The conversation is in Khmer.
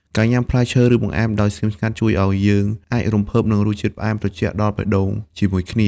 ការញ៉ាំផ្លែឈើ ឬបង្អែមដោយស្ងៀមស្ងាត់ ជួយឱ្យយើងអាចរំភើបនឹងរសជាតិផ្អែមត្រជាក់ដល់បេះដូងជាមួយគ្នា។